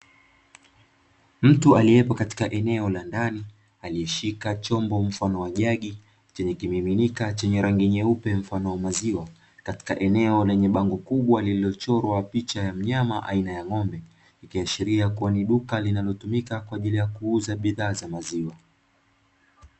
Mtu aliyepo katika eneo la ndani aliyeshika chombo mfano wa jagi chenye kimiminika chenye rangi nyeupe mfano wa maziwa, katika eneo lenye bango kubwa lililochorwa picha ya mnyama aina ya ng'ombe; ikiashiria kuwa ni duka linalotumika kwa ajili ya kuuza bidhaa za maziwa.